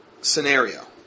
scenario